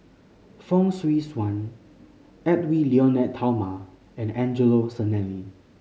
Fong Swee Suan Edwy Lyonet Talma and Angelo Sanelli